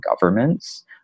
governments